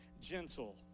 gentle